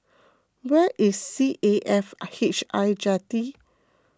where is C A F I H I Jetty